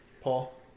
Paul